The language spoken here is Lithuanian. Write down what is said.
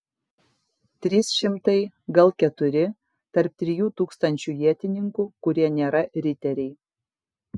trys šimtai gal keturi tarp trijų tūkstančių ietininkų kurie nėra riteriai